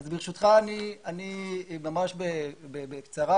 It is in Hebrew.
ברשותך, ממש בקצרה.